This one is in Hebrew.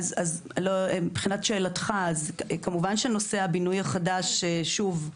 מבחינת שאלתך, כמובן שנושא הבינוי החדש, שוב,